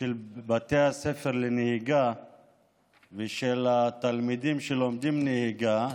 של בתי הספר לנהיגה ושל התלמידים שלומדים נהיגה.